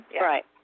right